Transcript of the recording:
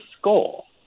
skull